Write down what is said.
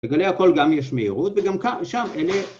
בגלי הקול גם יש מהירות וגם כאן ושם, אלה...